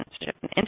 relationship